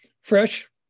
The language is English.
fresh